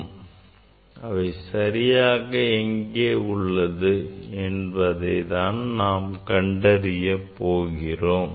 ஆனால் அவை சரியாக எங்கே உள்ளது என்பதை தான் நாம் கண்டறிய போகிறோம்